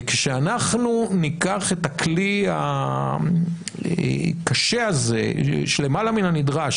וכשאנחנו ניקח את הכלי הקשה הזה למעלה מן הנדרש